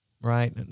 Right